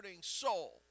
soul